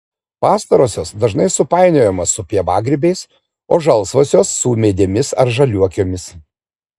pastarosios dažnai supainiojamos su pievagrybiais o žalsvosios su ūmėdėmis ar žaliuokėmis